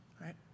right